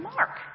Mark